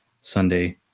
Sunday